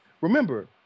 Remember